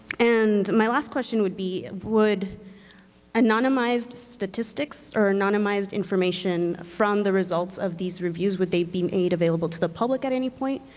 and my last question would be, would anonymized statistics or anonymized information from the results of these reviews, would they be made available to the public at any point,